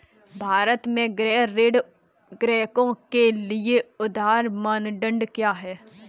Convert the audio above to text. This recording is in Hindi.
भारत में गृह ऋण ग्राहकों के लिए उधार मानदंड क्या है?